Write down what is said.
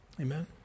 Amen